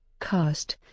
cast